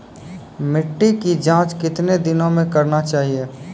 मिट्टी की जाँच कितने दिनों मे करना चाहिए?